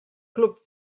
club